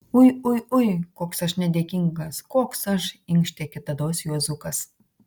ui ui ui koks aš nedėkingas koks aš inkštė kitados juozukas